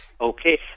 Okay